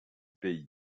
pays